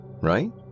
Right